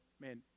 Man